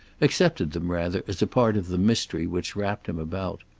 accepted them, rather, as a part of the mystery which wrapped him about.